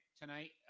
tonight